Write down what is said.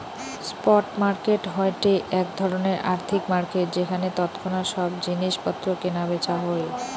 spot market হয়ঠে এক ধরণের আর্থিক মার্কেট যেখানে তৎক্ষণাৎ সব জিনিস পত্র কেনা বেচা হই